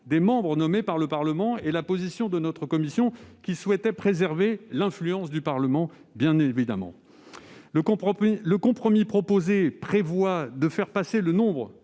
des membres nommés par le Parlement, et la position de la commission, qui souhaite préserver l'influence du Parlement. Le compromis proposé prévoit de porter le nombre